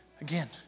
Again